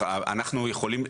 אנחנו יכולים,